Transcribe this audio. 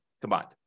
combined